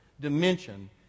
dimension